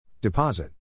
Deposit